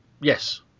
Yes